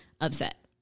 upset